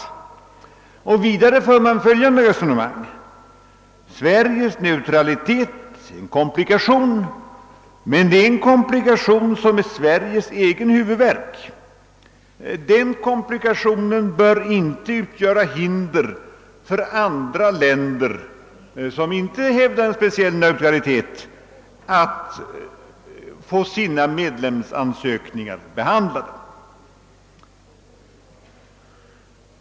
Vidare förs på samma håll det resonemanget, att Sveriges neutralitet är en komplikation, som dock är Sveriges egen huvudvärk. Denna komplikation bör inte utgöra hinder för andra länder, som inte hävdar en neutralitet, att få sina medlemsansökningar behandlade.